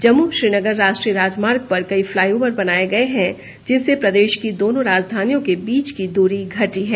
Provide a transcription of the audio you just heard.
जम्मू श्रीनगर राष्ट्रीय राजमार्ग पर कई फ्लाईओवर बनाए गए हैं जिनसे प्रदेश की दोनों राजधानियों के बीच की दूरी घटी है